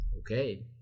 Okay